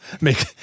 make